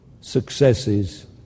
successes